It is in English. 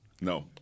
No